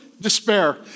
despair